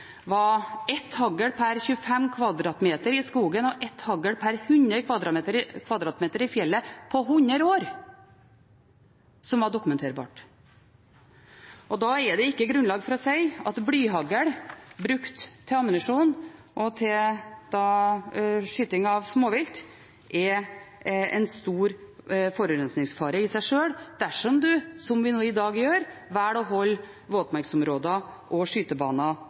var ett hagl per 25 m2 i skogen og ett hagl per 100 m2 i fjellet på 100 år som var dokumenterbart. Da er det ikke grunnlag for å si at blyhagl brukt til ammunisjon og skyting av småvilt er en stor forurensningsfare i seg sjøl, dersom man – som vi nå i dag gjør – velger å holde våtmarksområder og